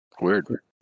Weird